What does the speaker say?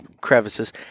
crevices